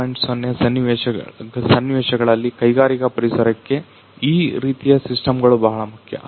0 ಸನ್ನಿವೇಶಗಳಲ್ಲಿ ಕೈಗಾರಿಕಾ ಪರಿಸರಕ್ಕೆ ಈ ರೀತಿಯ ಸಿಸ್ಟಮ್ ಗಳು ಬಹಳ ಮುಖ್ಯ